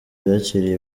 yakiriye